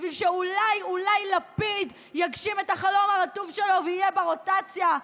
בשביל שאולי אולי לפיד יגשים את החלום הרטוב שלו ויהיה ברוטציה,